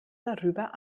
darüber